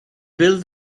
build